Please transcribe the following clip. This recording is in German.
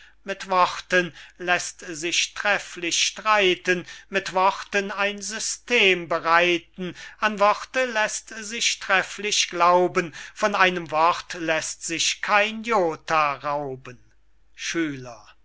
mit worten läßt sich trefflich streiten mit worten ein system bereiten an worte läßt sich trefflich glauben von einem wort läßt sich kein jota rauben schüler